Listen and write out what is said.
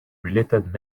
related